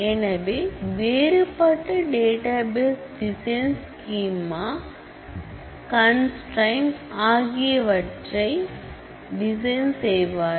எனவே வேறுபட்ட database design schema constraint ஆகியவற்றை டிசைன் செய்வார்கள்